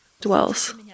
dwells